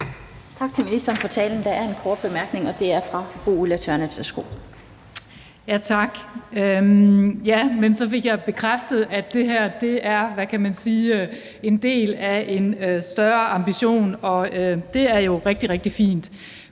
Tak til ministeren for talen. Der er en kort bemærkning, og det er fra fru Ulla Tørnæs. Værsgo. Kl. 16:19 Ulla Tørnæs (V): Så fik jeg bekræftet, at det her er – hvad kan man sige – en del af en større ambition, og det er jo rigtig, rigtig fint.